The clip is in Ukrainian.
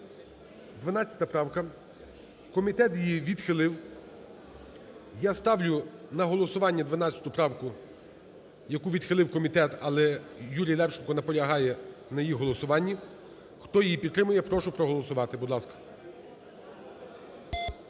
12 правка. Комітет її відхилив. Я ставлю на голосування 12 правку, яку відхилив комітет, але Юрій Левченко наполягає на її голосуванні. Хто її підтримує, я прошу проголосувати, будь ласка.